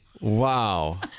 Wow